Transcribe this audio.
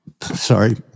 Sorry